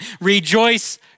Rejoice